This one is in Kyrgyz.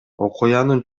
окуянын